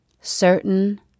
certain